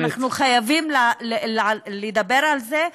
ואנחנו חייבים לדבר על זה.